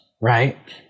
Right